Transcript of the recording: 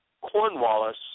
Cornwallis